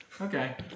Okay